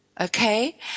okay